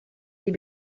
des